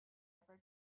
ever